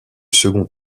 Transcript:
second